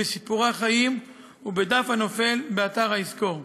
בסיפורי החיים ובדף הנופל באתר "יזכור".